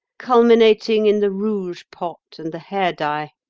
culminating in the rouge-pot and the hair-dye.